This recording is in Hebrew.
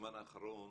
בזמן האחרון